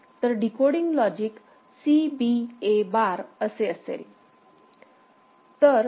तर decoding logic C B A bar असे लागेल